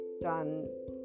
done